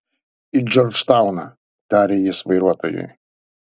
į džordžtauną tarė jis vairuotojui